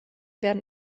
werden